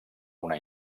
una